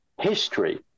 history